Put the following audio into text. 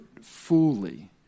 fully